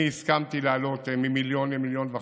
אני הסכמתי להעלות את האומדן